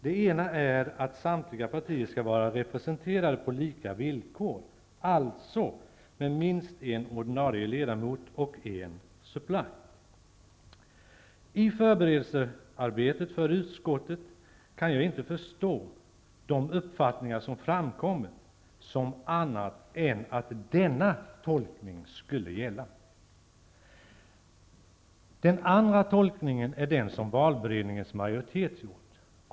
Det ena är att samtliga partier skall vara representerade på lika villkor, alltså med minst en ordinarie ledamot och en suppleant. Av de uppfattningar som framkommit i förberedelsearbetet för utskottet kan jag inte förstå annat än att denna tolkning skulle gälla. Den andra tolkningen är den som valberedningens majoritet har gjort.